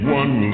one